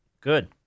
Good